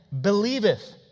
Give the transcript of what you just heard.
believeth